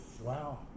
Wow